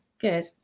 Good